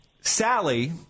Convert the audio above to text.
Sally